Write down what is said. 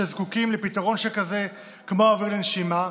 שזקוקים לפתרון שכזה כמו אוויר לנשימה.